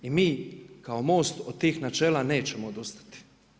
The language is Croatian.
I mi kao MOST od tih načela nećemo odustati.